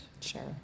Sure